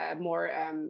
more